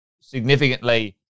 significantly